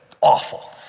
awful